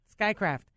Skycraft